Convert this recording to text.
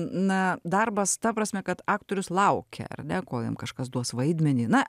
na darbas ta prasme kad aktorius laukia ar ne kol jam kažkas duos vaidmenį na